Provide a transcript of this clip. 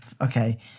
Okay